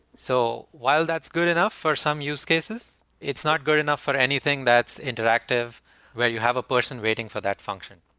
so while that's good enough for some use cases, it's not good enough for anything that's interactive where you have a person waiting for that function.